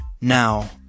now